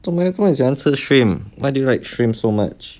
做莫你这么喜欢吃 shrimp why do you like shrimp so much